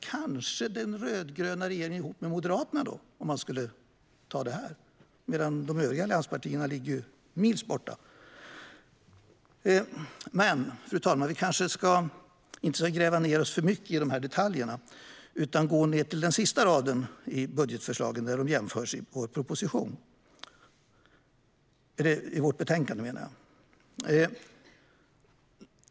Kanske den rödgröna regeringen ihop med Moderaterna? De övriga allianspartierna ligger ju miltals bort. Men, fru talman, vi kanske inte ska gräva ned oss för mycket i detaljerna utan gå ned till den sista raden i vårt betänkande.